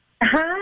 Hi